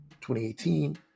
2018